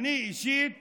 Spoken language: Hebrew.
אני אישית